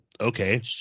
okay